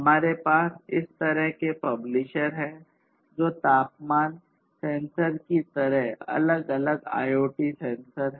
हमारे पास इस तरह के पब्लिशर हैं जो तापमान सेंसर की तरह अलग अलग IoT सेंसर हैं